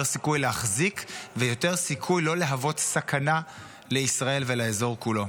יותר סיכוי להחזיק ויותר סיכוי לא להוות סכנה לישראל ולאזור כולו.